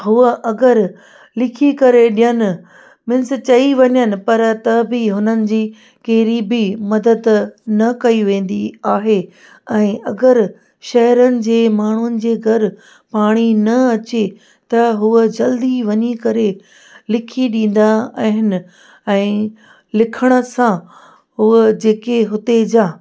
हुअ अगरि लिखी करे ॾियनि मिंस चई वञनि पर त बि हुननि जी कहिड़ी बि मदद न कई वेंदी आहे ऐं अगरि शहरनि जे माण्हुनि जे घरु पाणी न अचे त हुअ जल्दी वञी करे लिखी ॾींदा आहिनि ऐं लिखण सां हुअ जेके हुते जा